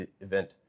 event